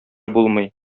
булмый